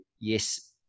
yes